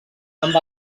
amb